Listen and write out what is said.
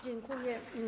Dziękuję.